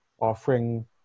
offering